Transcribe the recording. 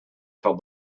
till